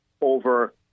over